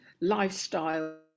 lifestyle